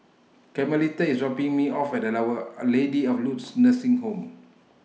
Carmelita IS dropping Me off At Our Lady of Lourdes Nursing Home